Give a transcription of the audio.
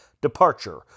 departure